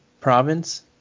province